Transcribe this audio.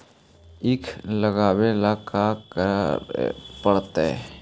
ईख लगावे ला का का करे पड़तैई?